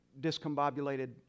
discombobulated